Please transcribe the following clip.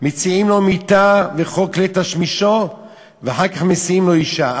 ומציעים לו מיטה וכל כלי תשמישו ואחר כך משיאים לו אישה".